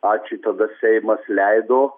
ačiū tada seimas leido